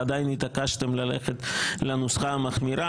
ועדיין התעקשתם ללכת לנוסחה המחמירה,